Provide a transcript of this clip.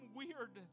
weird